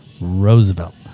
Roosevelt